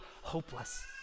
hopeless